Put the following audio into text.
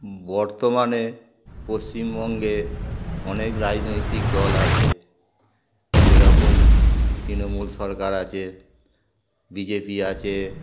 বর্তমানে পশ্চিমবঙ্গে অনেক রাজনৈতিক দল আছে যেরকম তৃণমূল সরকার আছে বিজেপি আছে